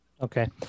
Okay